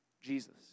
Jesus